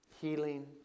Healing